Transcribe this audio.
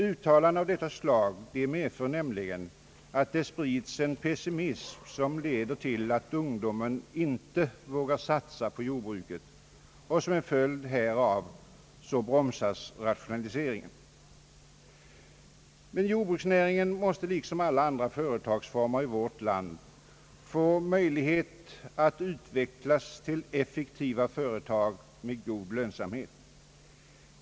Uttalanden av detta slag medför nämligen att det sprids en pessimism som leder till att ungdomen inte vågar satsa på jordbruket, och som en följd härav bromsas rationaliseringen. Jordbruken i vårt land måste liksom alla andra företag få möjlighet att utvecklas till effektiva enheter med god lönsamhet.